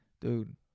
dude